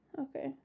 okay